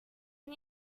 can